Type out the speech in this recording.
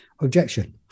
objection